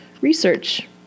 research